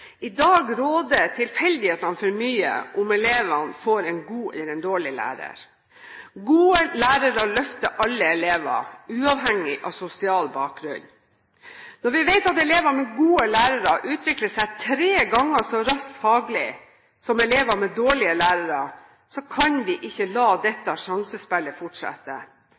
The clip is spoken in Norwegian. I dag råder tilfeldighetene for mye når det gjelder om elevene får en god eller en dårlig lærer. Gode lærere løfter alle elever, uavhengig av sosial bakgrunn. Når vi vet at elever med gode lærere utvikler seg tre ganger så raskt faglig som elever med dårlige lærere, så kan vi ikke la dette sjansespillet fortsette.